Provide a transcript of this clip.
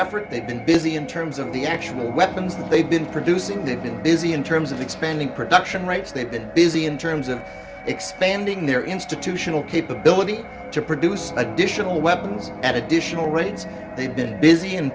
effort they've been busy in terms of the actual weapons that they've been producing they've been busy in of expanding production rights they've been busy in terms of expanding their institutional capability to produce additional weapons at additional rates they've been busy in